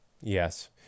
Yes